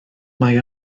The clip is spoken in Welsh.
mae